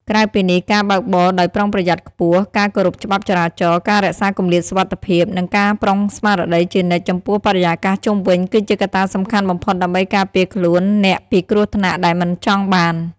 ក្រៅពីនេះ ការបើកបរដោយប្រុងប្រយ័ត្នខ្ពស់ ការគោរពច្បាប់ចរាចរណ៍ ការរក្សាគម្លាតសុវត្ថិភាព និងការប្រុងស្មារតីជានិច្ចចំពោះបរិយាកាសជុំវិញគឺជាកត្តាសំខាន់បំផុតដើម្បីការពារខ្លួនអ្នកពីគ្រោះថ្នាក់ដែលមិនចង់បាន។